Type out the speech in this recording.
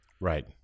Right